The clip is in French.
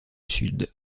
sud